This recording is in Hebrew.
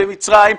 במצרים.